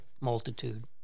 multitude